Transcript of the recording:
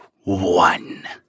one